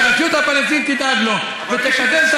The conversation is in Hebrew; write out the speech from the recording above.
שהרשות הפלסטינית תדאג לו והוא יקבל את